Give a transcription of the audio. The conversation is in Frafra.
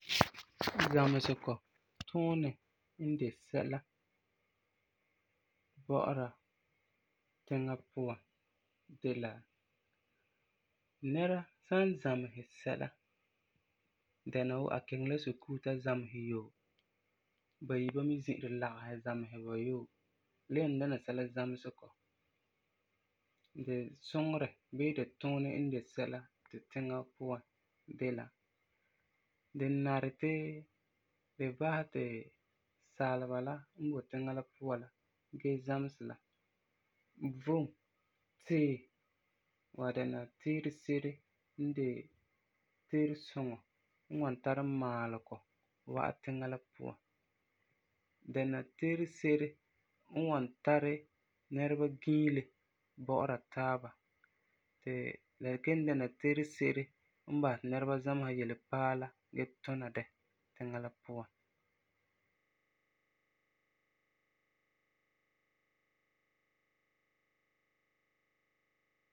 Zamesegɔ tuunɛ n de sɛla bɔ'ɔra tiŋa puan de la; nɛra san zamesɛ sɛla dɛna wuu a kiŋɛ la sukuu ta zamesɛ yoo, ba yi ba mɛ zi'ire lagesɛ zamesɛ ba yoo, la yen dɛna sɛla zamesegɔ, di suŋerɛ bii di tuunɛ n de sɛla tu tiŋa puan de la; di nari mɛ ti saaleba la n boi tiŋa la puan la gee zamesɛ la vom tee, wan dɛna teere se'ere n de teere suŋɔ n wan tari maalegɔ wa'am tiŋa la puan. Dɛna teere se'ere n wan tari nɛreba giile bɔ'ɔra taaba, ti la kelum dɛna teere se'ere n basɛ ti nɛreba zamesera yele paala gee tuna ba tiŋa la puan.